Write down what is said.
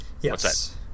Yes